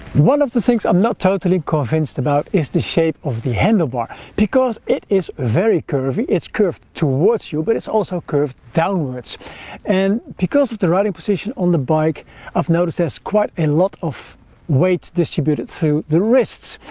one of the things i'm not totally convinced about is the shape of the handlebar because it is very curvy it's curved towards you but it's also curved downwards and because of the riding position on the bike i've noticed there's quite a lot of weight distributed through the wrists.